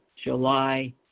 July